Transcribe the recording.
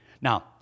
Now